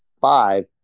five